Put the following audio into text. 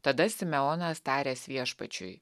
tada simeonas taręs viešpačiui